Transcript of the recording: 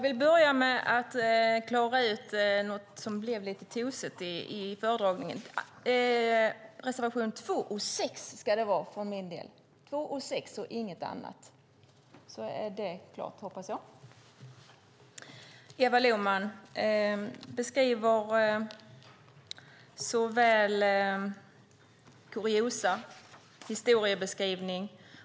Herr talman! Eva Lohman tar upp såväl kuriosa som historiebeskrivning.